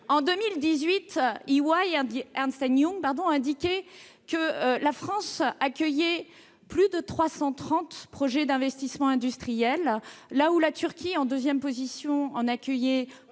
En 2018, Ernst & Young (EY) indiquait que la France accueillait plus de 330 projets d'investissements industriels, là où la Turquie, en deuxième position, en recevait